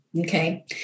Okay